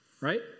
right